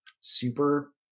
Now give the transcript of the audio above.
super